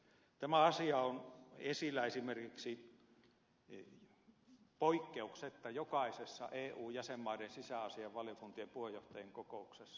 tämä asia on esillä esimerkiksi poikkeuksetta jokaisessa eu jäsenmaiden sisäasiainvaliokuntien puheenjohtajien kokouksessa